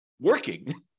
working